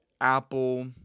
Apple